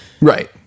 Right